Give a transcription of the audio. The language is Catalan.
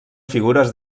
figures